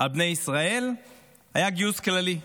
על בני ישראל היה גיוס כללי.